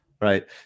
Right